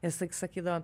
visąlaik sakydavo